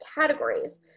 categories